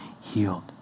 healed